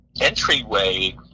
entryway